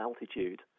altitude